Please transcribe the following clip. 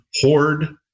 hoard